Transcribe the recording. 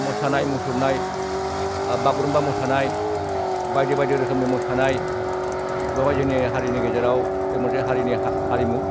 मोसानाय मुसुनाय बा बागुरुम्बा मोसानाय बायदि बायदि रोखोमनि मोसानाय बेवहाय जोंनि हारिनि गेजेराव बे मोनसे हारिनि हारिमु